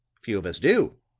few of us do,